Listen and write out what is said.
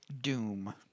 doom